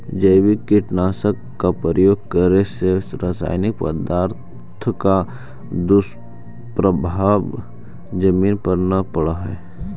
जैविक कीटनाशक का प्रयोग करे से रासायनिक पदार्थों का दुष्प्रभाव जमीन पर न पड़अ हई